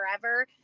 forever